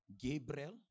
Gabriel